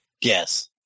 Yes